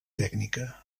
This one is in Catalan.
tècnica